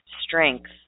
strength